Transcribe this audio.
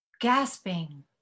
gasping